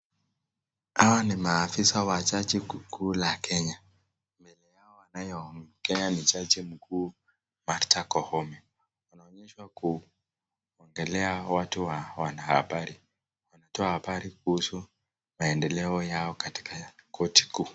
Hawa ni maafisa wa jaji mkuu la Kenya. Mbele yao anayeongea ni jaji mkuu Martha Koome. Wanaonyeshwa kuongelea watu wa wanahabari. Wanatoa habari kuhusu maendeleo yao katika korti kuu.